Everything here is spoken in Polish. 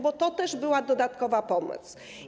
Bo to też była dodatkowa pomoc.